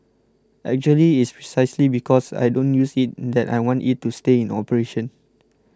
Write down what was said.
actually it's precisely because I don't use it that I want it to stay in operation